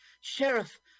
Sheriff